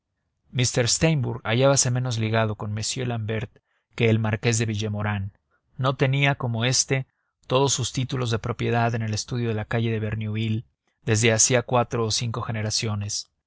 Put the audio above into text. tribunales m steimbourg hallábase menos ligado con m l'ambert que el marqués de villemaurin no tenía como éste todos sus títulos de propiedad en el estudio de la calle de varneuil desde hacía cuatro o cinco generaciones